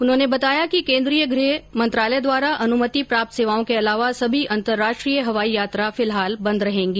उन्होंने बताया कि केन्द्रीय गृह मंत्रालय द्वारा अनुमति प्राप्त सेवाओं के अलावा सभी अंतराष्ट्रीय हवाई यात्रा फिलहाल बंद रहेंगी